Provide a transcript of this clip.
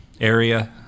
area